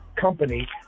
company